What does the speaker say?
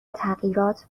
تغییرات